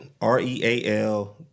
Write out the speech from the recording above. R-E-A-L-